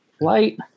light